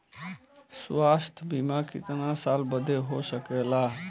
स्वास्थ्य बीमा कितना साल बदे हो सकेला?